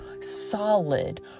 solid